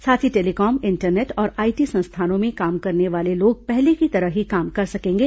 साथ ही telecom internet और आईटी संस्थानों में काम करने वाले लोग पहले की तरह ही काम कर सकेंगे